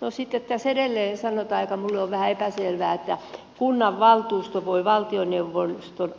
no sitten tässä edelleen sanotaan mikä minulle on vähän epäselvää että kunnanvaltuuston esityksestä voidaan valtioneuvoston